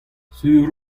sur